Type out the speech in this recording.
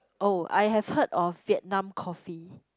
oh I have heard of Vietnam coffee